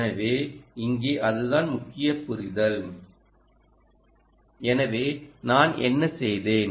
எனவே இங்கே அதுதான் முக்கிய புரிதல் எனவே நான் என்ன செய்தேன்